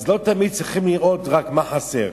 אז לא תמיד צריך לראות רק מה חסר.